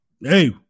Hey